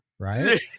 right